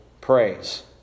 praise